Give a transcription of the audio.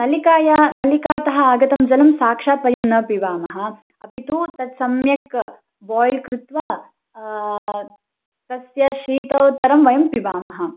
नलिकायाः नलिकातः आगतं जलं साक्षात् वयं न पिबामः अपि तु तत् सम्यक् बोय्ल् कृत्वा तस्य शीतोत्तरं वयं पिबामः